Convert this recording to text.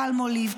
פלמוליב,